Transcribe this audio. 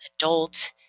adult